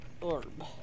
orb